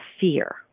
fear